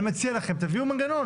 אני מציע לכם תביאו מנגנון.